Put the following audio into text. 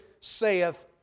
saith